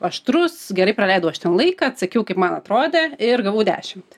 aštrus gerai praleidau aš ten laiką atsakiau kaip man atrodė ir gavau dešimt